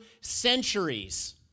centuries